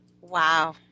Wow